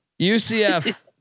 UCF